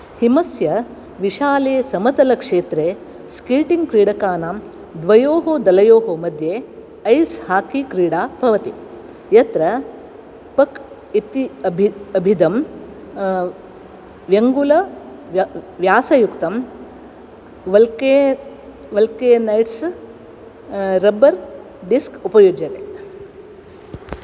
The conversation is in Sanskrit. हिमस्य विशाले समतलक्षेत्रे स्केटिङ्ग् क्रीडकानां द्वयोः दलयोः मध्ये ऐस् हाकी क्रीडा भवति यत्र पक् इति अभि अभिधं त्र्यङ्गुल व्या व्यासयुक्तं वल्के वल्केनैट्स् रबर् डिस्क् उपयुज्यते